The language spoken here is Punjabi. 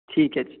ਠੀਕ ਹੈ ਜੀ